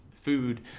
food